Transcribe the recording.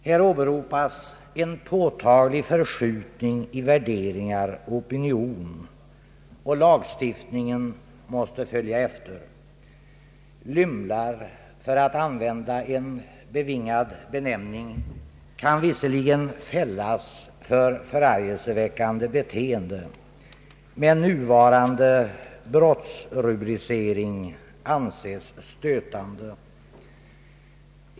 Här åberopas en påtaglig förskjutning i värderingar och opinion — och lagstiftningen måste följa efter. ”Lymlar” — för att använda en bevingad benämning — kan visserligen fällas för förargelseväckande beteende, men nuvarande brottsrubricering anses stötande.